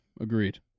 agreed